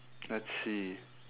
let's see